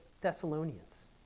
Thessalonians